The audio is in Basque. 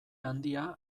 handia